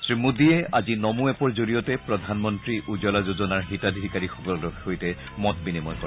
শ্ৰীমোদীয়ে আজি নমো এপৰ জৰিয়তে প্ৰধানমন্ত্ৰী উজ্জ্বলা যোজনাৰ হিতাধিকাৰীসকলৰ সৈতে মত বিনিময় কৰে